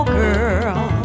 girl